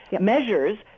measures